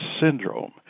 Syndrome